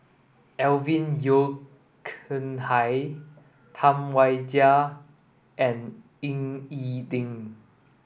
Alvin Yeo Khirn Hai Tam Wai Jia and Ying E Ding